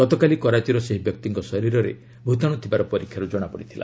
ଗତକାଲି କରାଚିର ସେହି ବ୍ୟକ୍ତିଙ୍କ ଶରୀରରେ ଭୂତାଣୁ ଥିବାର ପରୀକ୍ଷାରୁ ଜଣାପଡ଼ିଥିଲା